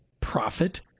profit